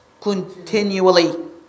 continually